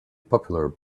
popular